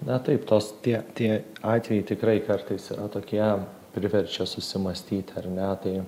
na taip tos tie tie atvejai tikrai kartais yra tokie priverčia susimąstyti ar ne tai